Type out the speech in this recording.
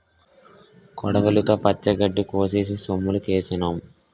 కొడవలితో పచ్చగడ్డి కోసేసి సొమ్ములుకేసినాం